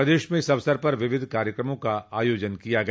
प्रदेश में इस अवसर पर विविध कार्यक्रमों का आयोजन किया गया